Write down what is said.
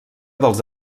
dels